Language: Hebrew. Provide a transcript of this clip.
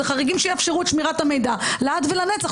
זה חריגים שיאפשרו את שמירת המידע לעד ולנצח,